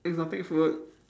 exotic food